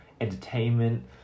entertainment